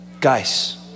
guys